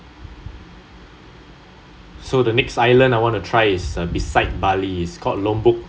so the next island I want to try is beside bali is called lombok